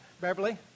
Beverly